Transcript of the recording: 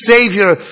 Savior